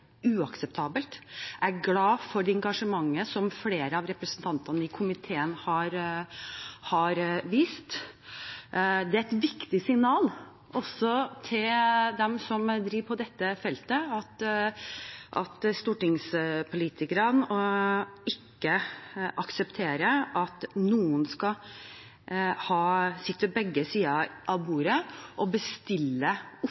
uakseptabelt, og jeg er glad for det engasjementet som flere av representantene i komiteen har vist. Det er et viktig signal til dem som driver på dette feltet, at stortingspolitikerne ikke aksepterer at noen sitter på begge sider av